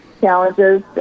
challenges